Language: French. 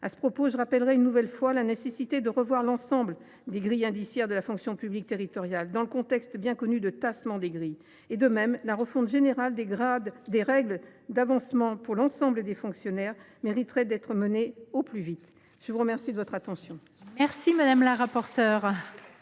À ce propos, je veux rappeler, une nouvelle fois, la nécessité de revoir l’ensemble des grilles indiciaires de la fonction publique territoriale, dans le contexte bien connu de « tassement » des grilles. De même, la refonte générale des règles d’avancement pour l’ensemble des fonctionnaires mériterait également d’être menée à bien au plus vite. La parole est à M. le ministre.